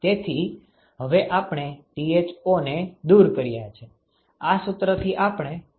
તેથી હવે આપણે Thoને દૂર કર્યા છે આ સુત્રથી આપણે Tco ને ખતમ કરવાની જરૂર છે